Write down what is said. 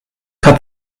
hat